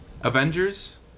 Avengers